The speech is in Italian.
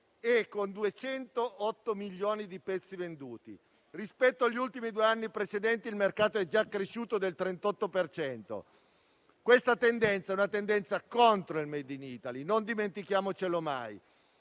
con 208 milioni di pezzi venduti. Rispetto agli ultimi due anni precedenti il mercato è già cresciuto del 38 per cento. Questa tendenza è contro il *made in Italy*: non dimentichiamolo mai.